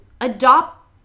adopt